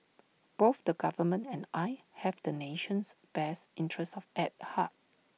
both the government and I have the nation's best interest of at heart